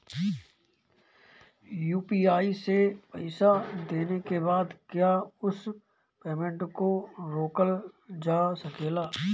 UPI से पईसा देने के बाद क्या उस पेमेंट को रोकल जा सकेला?